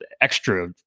extra